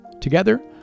Together